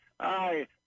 Hi